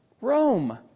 Rome